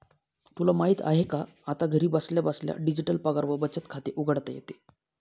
तुला माहित आहे का? आता घरी बसल्या बसल्या डिजिटल पगार व बचत खाते उघडता येते